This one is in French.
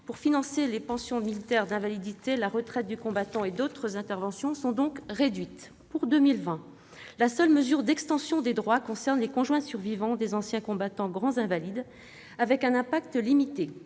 pour financer les pensions militaires d'invalidité, la retraite du combattant et d'autres interventions sont donc réduites. Pour 2020, la seule mesure d'extension des droits concerne les conjoints survivants des anciens combattants grands invalides, avec un impact limité